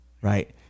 right